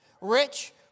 Rich